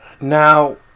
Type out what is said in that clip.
now